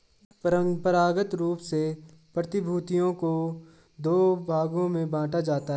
परंपरागत रूप से प्रतिभूतियों को दो भागों में बांटा जाता है